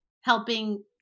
helping